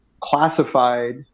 classified